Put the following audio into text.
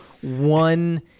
one